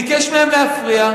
הוא ביקש מהם להפריע.